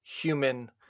human